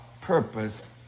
purpose